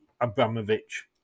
Abramovich